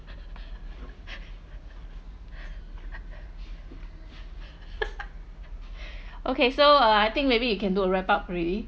okay so uh I think maybe you can do a wrap up already